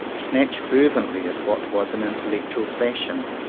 snatch fer vently at what was an intellectual fashion.